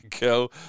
go